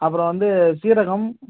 அப்புறம் வந்து சீரகம்